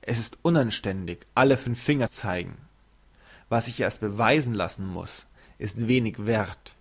es ist unanständig alle fünf finger zeigen was sich erst beweisen lassen muss ist wenig werth